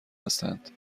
هستند